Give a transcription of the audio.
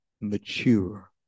mature